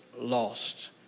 Lost